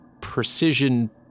precision